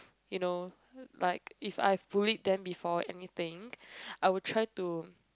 you know like if I have bullied them before anything I would try to